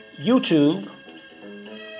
YouTube